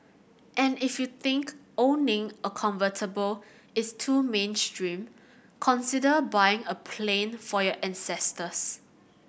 and if you think owning a convertible is too mainstream consider buying a plane for your ancestors